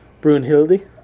Brunhilde